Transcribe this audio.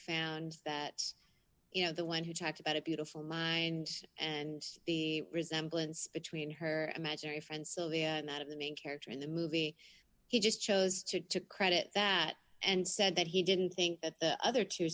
found that you know the one who talked about a beautiful mind and the resemblance between her imaginary friend so the matter of the main character in the movie he just chose to to credit that and said that he didn't think that other t